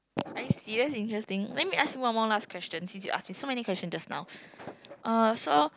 are you serious interesting let me ask you one more last question since you ask me so many question just now uh so